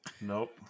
Nope